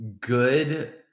good